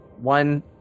One